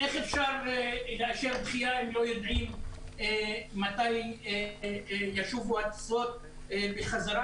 איך אפשר לאשר דחייה אם לא יודעים מתי ישובו הטיסות בחזרה,